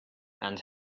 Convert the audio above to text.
and